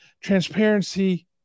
transparency